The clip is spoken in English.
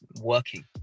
working